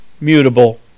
mutable